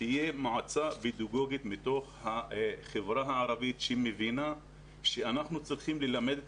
שתהיה מועצה פדגוגית מתוך החברה הערבית שמבינה שאנחנו צריכים ללמד את